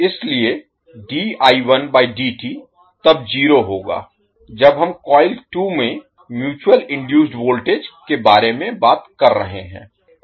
इसलिए तब जीरो होगा जब हम कॉइल 2 में म्यूचुअल इनडुइसड वोल्टेज के बारे में बात कर रहे हैं